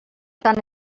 tant